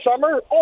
summer